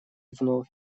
вновь